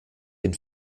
den